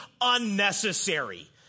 unnecessary